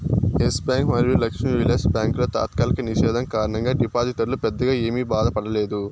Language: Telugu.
ఎస్ బ్యాంక్ మరియు లక్ష్మీ విలాస్ బ్యాంకుల తాత్కాలిక నిషేధం కారణంగా డిపాజిటర్లు పెద్దగా ఏమీ బాధపడలేదు